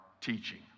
teaching